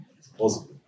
Supposedly